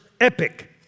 epic